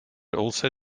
also